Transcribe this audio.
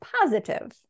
positive